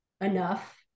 enough